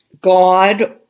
God